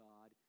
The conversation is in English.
God